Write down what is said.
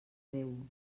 déu